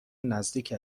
نزدیک